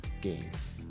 Games